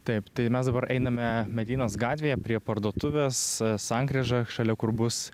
taip tai mes dabar einame medeinos gatvėje prie parduotuvės sankryža šalia kur bus